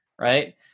right